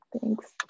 thanks